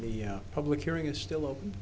the public hearing is still open